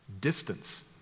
distance